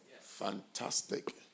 Fantastic